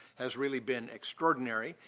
has really been extraordinary,